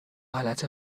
حالت